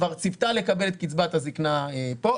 כבר ציפתה לקבל את קצבת הזקנה ולא תקבל.